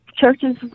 churches